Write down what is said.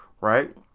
right